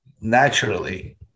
naturally